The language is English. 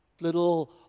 little